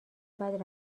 بعد